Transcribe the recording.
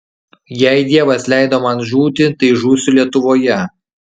jei dievas leido man žūti tai žūsiu lietuvoje